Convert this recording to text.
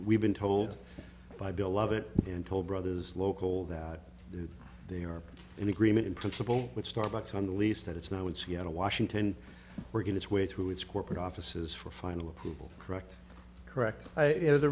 we've been told by bill love it then told brothers local that they are in agreement in principle with starbucks on the lease that it's now in seattle washington we're going to sway through its corporate offices for final approval correct correct i